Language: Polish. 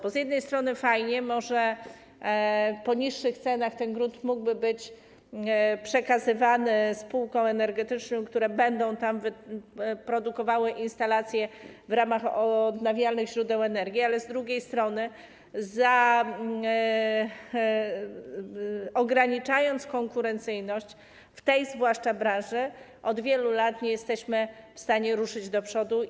Bo z jednej strony fajnie, może po niższych cenach ten grunt mógłby być przekazywany spółkom energetycznym, które będą tam produkowały instalacje w ramach odnawialnych źródeł energii, ale z drugiej strony ograniczając konkurencyjność, zwłaszcza w tej branży, od wielu lat nie jesteśmy w stanie ruszyć do przodu.